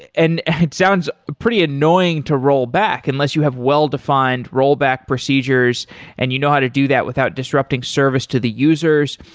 and and it sounds pretty annoying to roll back unless you have well-defined rollback procedures and you know how to do that without disrupting service to the users.